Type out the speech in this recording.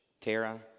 Tara